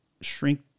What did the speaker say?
shrink